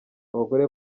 abagore